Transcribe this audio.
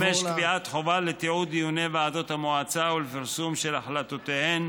5. קביעת חובה לתיעוד דיוני ועדות המועצה ולפרסום של החלטותיהן,